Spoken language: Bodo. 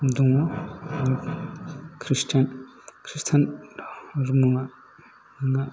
दङ कृस्टान धर्मआ